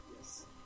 Yes